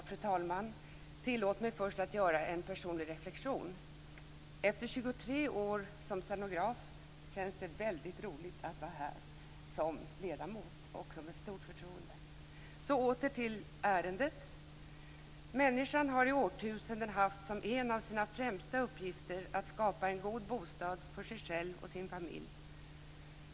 Fru talman! Tillåt mig först att göra en personlig reflexion. Efter 23 år som stenograf känns det väldigt roligt att vara här som ledamot. Det känns som ett stort förtroende. Jag går så över till ärendet. Människan har i årtusenden haft som en av sina främsta uppgifter att skapa en god bostad åt sig själv och sin familj.